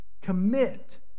Commit